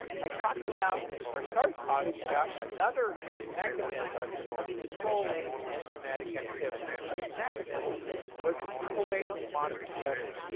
i talked about, or started talking about, another mechanism of controlling enzymatic activity. and that other mechanism was covalent modification.